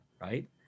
right